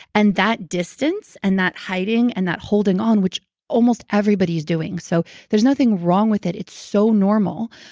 and that distance and that hiding and that holding on, which almost everybody is doing. so, there's nothing wrong with it. it's so normal.